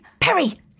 Perry